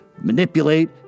manipulate